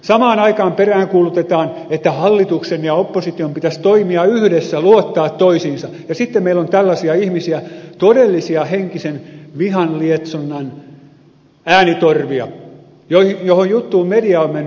samaan aikaan peräänkuulutetaan että hallituksen ja opposition pitäisi toimia yhdessä luottaa toisiinsa ja sitten meillä on tällaisia ihmisiä todellisia henkisen vihan lietsonnan äänitorvia mihin juttuun media on mennyt mukaan